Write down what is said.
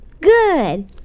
Good